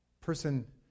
person